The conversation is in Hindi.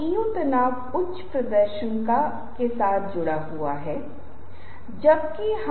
गैर मौखिक संचार प्रक्रिया के माध्यम से सीधे उनके साथ संवाद किए बिना भी